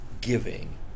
Giving